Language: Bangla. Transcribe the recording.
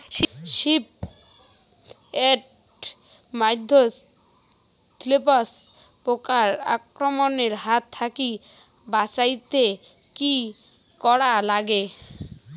শিম এট মধ্যে থ্রিপ্স পোকার আক্রমণের হাত থাকি বাঁচাইতে কি করা লাগে?